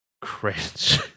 cringe